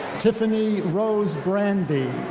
tiffany rose brandy.